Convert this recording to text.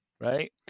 right